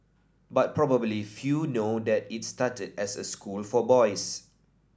but probably few know that it started as a school for boys